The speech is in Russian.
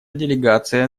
делегация